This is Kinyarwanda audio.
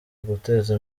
guteza